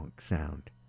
sound